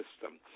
system